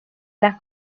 las